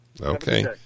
Okay